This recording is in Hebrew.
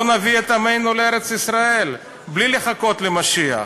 בוא נביא את עמנו לארץ-ישראל בלי לחכות למשיח.